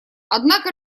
однако